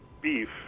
beef